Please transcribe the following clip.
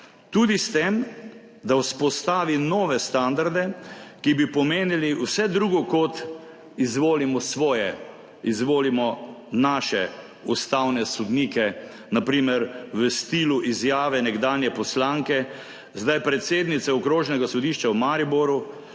tudi s tem, da vzpostavi nove standarde, ki bi pomenili vse drugo, kot izvolimo svoje, izvolimo naše ustavne sodnike. Na primer v stilu izjave nekdanje poslanke, zdaj predsednice Okrožnega sodišča v Mariboru,